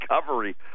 recovery